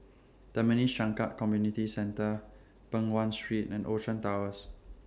Tampines Changkat Community Centre Peng Nguan Street and Ocean Towers